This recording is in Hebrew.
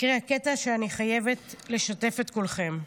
קראה קטע שאני חייבת לשתף בו את כולכם: